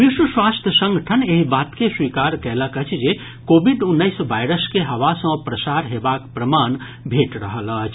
विश्व स्वास्थ्य संगठन एहि बात के स्वीकार कयलक अछि जे कोविड उन्नैस वायरस के हवा सॅ प्रसार हेबाक प्रमाण भेट रहल अछि